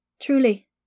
Truly